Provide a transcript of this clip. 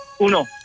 Uno